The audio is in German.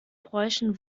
bräuchen